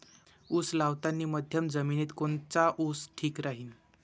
उस लावतानी मध्यम जमिनीत कोनचा ऊस ठीक राहीन?